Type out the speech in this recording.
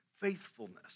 faithfulness